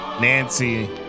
Nancy